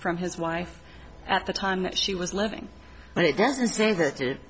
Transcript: from his wife at the time that she was living but it doesn't say that it